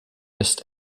ist